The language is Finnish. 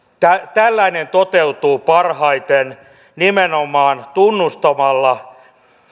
tällainen toteutuu parhaiten nimenomaan tunnustamalla